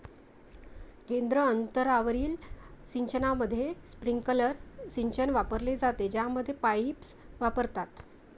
केंद्र अंतरावरील सिंचनामध्ये, स्प्रिंकलर सिंचन वापरले जाते, ज्यामध्ये पाईप्स वापरतात